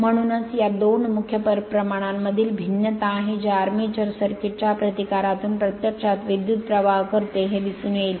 म्हणूनच या दोन मुख्य प्रमाणांमधील भिन्नता आहे जे आर्मेचर सर्किट च्या प्रतिकारातून प्रत्यक्षात विद्युत् प्रवाह करते हे दिसून येईल